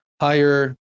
higher